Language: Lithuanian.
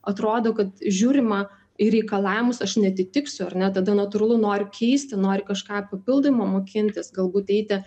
atrodo kad žiūrima į reikalavimus aš neatitiksiu ar ne tada natūralu nori keisti nori kažką papildomo mokintis galbūt eiti